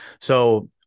So-